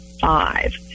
five